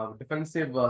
defensive